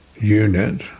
unit